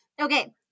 okay